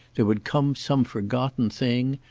there would come some forgotten thing,